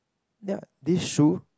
ya this shoe